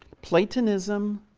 platonism